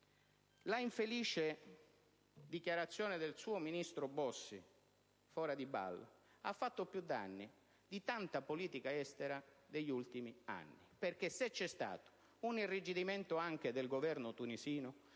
la infelice dichiarazione del suo ministro Bossi, «fora de ball», ha fatto più danni di tanta politica estera degli ultimi anni. Se c'è stato un irrigidimento anche del Governo tunisino